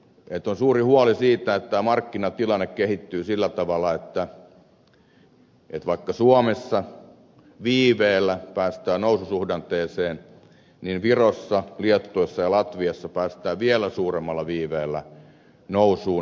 on suuri huoli siitä että tämä markkinatilanne kehittyy sillä tavalla että vaikka suomessa viiveellä päästään noususuhdanteeseen niin virossa liettuassa ja latviassa päästään vielä suuremmalla viiveellä nousuun